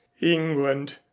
england